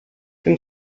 tym